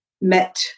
met